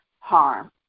harm